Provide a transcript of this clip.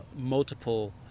multiple